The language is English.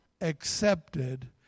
accepted